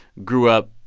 grew up,